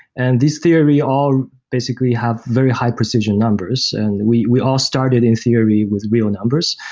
and this theory all basically have very high precision numbers, and we we all started in theory with real numbers.